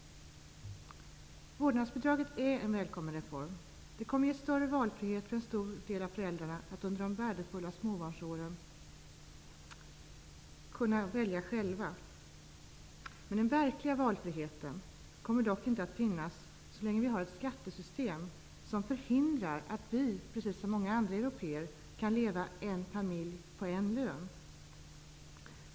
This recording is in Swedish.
Vårdnadsbidraget är en välkommen reform. Det kommer att ge större valfrihet för en stor del av föräldrarna under de värdefulla småbarnsåren. Den verkliga valfriheten kommer dock inte att finnas så länge vi har ett skattesystem som förhindrar att en familj kan leva på en lön, precis som många andra i Europa kan.